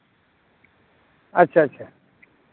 ᱟᱪᱪᱷᱟ ᱟᱪᱪᱷᱟ